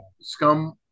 scum